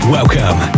Welcome